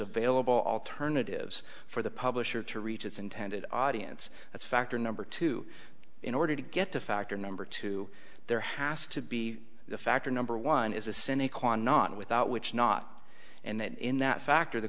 available alternatives for the publisher to reach its intended audience that's factor number two in order to get to factor number two there has to be the factor number one is a cynic on not without which not and that in that factor the